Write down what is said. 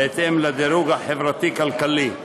בהתאם לדירוג החברתי-כלכלי.